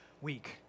week